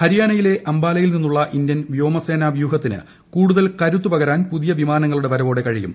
ഹരിയാനയിലെ അംബാ്ല്യി്ലുള്ള ഇന്ത്യൻ വ്യോമസേനാ വ്യൂഹത്തിന് കൂടുതൽ കരുത്ത് പകരാൻ പുതിയ വിമാനങ്ങളുടെ വരവോടെ കഴിയും